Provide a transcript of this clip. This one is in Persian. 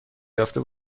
یافته